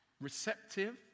receptive